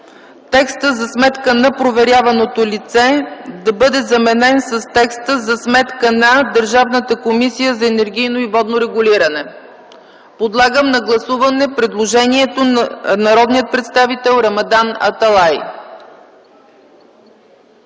текстът „за сметка на проверяваното лице”, да бъде заменен с текста „за сметка на Държавната комисия за енергийно и водно регулиране”. Подлагам на гласуване предложението на народния представител Рамадан Аталай.